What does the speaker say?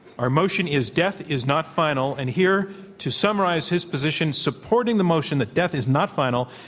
our motion is death is not final. and here to summarize his position supporting the motion that death is not final,